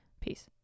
Peace